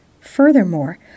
Furthermore